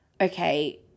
okay